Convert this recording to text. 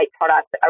products